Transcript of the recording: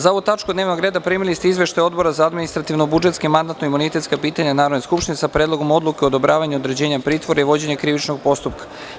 Za ovu tačku dnevnog reda primili ste Izveštaj Odbora za administrativno-budžetska i mandatno-imunitetska pitanja Narodne skupštine, sa predlogom odluke o odobravanju određivanja pritvora i vođenja krivičnog postupka.